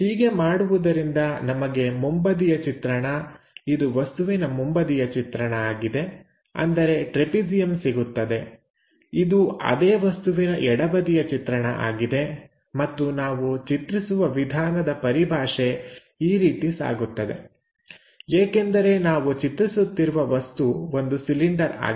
ಹೀಗೆ ಮಾಡುವುದರಿಂದ ನಮಗೆ ಮುಂಬದಿಯ ಚಿತ್ರಣ ಇದು ವಸ್ತುವಿನ ಮುಂಬದಿಯ ಚಿತ್ರಣ ಅಂದರೆ ಟ್ರೆಪೆಜಿಯಂ ಸಿಗುತ್ತದೆ ಇದು ಅದೇ ವಸ್ತುವಿನ ಎಡಬದಿಯ ಚಿತ್ರಣ ಆಗಿದೆ ಮತ್ತು ನಾವು ಚಿತ್ರಿಸುವ ವಿಧಾನದ ಪರಿಭಾಷೆ ಈ ರೀತಿ ಸಾಗುತ್ತದೆ ಏಕೆಂದರೆ ನಾವು ಚಿತ್ರಿಸುತ್ತಿರುವ ವಸ್ತು ಒಂದು ಸಿಲಿಂಡರ್ ಆಗಿದೆ